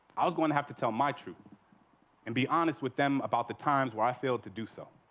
i was going to have to tell my truth and be honest with them about the times where i failed to do so.